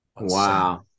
Wow